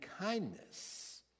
kindness